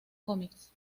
cómics